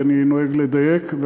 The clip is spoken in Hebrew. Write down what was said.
כי אני נוהג לדייק,